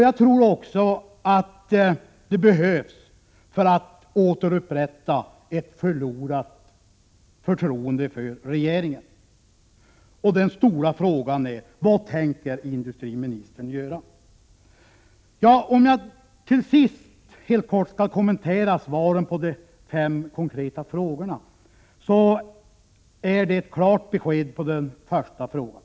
Jag tror också att det behövs för att återupprätta ett förlorat förtroende för regeringen. Den stora frågan är: Vad tänker industriministern göra? Till sist skall jag helt kort kommentera svaren på mina fem konkreta frågor. Jag har fått ett klart besked på den första frågan.